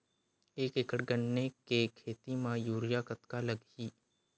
एक एकड़ गन्ने के खेती म यूरिया कतका लगही?